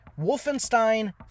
Wolfenstein